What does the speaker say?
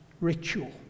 ritual